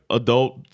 adult